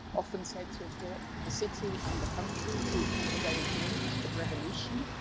often said to have brought the city and the country to the very brink of revolution.